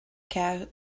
calhoun